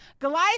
Goliath